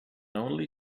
only